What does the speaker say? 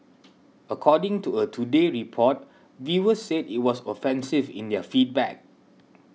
according to a Today Report viewers said it was offensive in their feedback